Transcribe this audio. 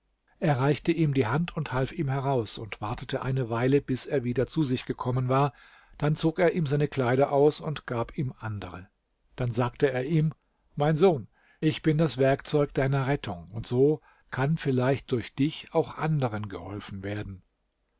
reichte ihm die hand und half ihm heraus und wartete eine weile bis er wieder zu sich gekommen war dann zog er ihm seine kleider aus und gab ihm andere dann sagte er ihm mein sohn ich bin das werkzeug deiner rettung und so kann vielleicht durch dich auch anderen geholfen werden